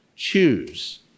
Choose